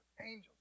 angels